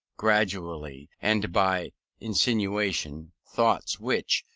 gradually and by insinuation, thoughts which,